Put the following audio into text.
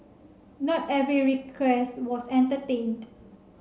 not every request was entertained